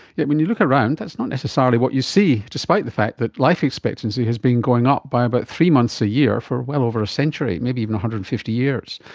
yet when you look around that's not necessarily what you see, despite the fact that life expectancy has been going up by about three months a year for well over a century, maybe even one hundred and fifty years.